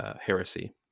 heresy